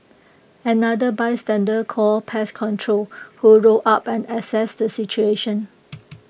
another bystander called pest control who rolled up and assessed the situation